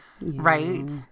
right